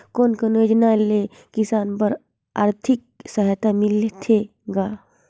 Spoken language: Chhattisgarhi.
कोन कोन योजना ले किसान बर आरथिक सहायता मिलथे ग?